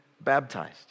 baptized